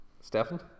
Stefan